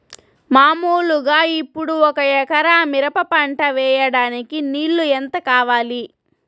మామూలుగా ఇప్పుడు ఒక ఎకరా మిరప పంట వేయడానికి నీళ్లు ఎంత కావాలి?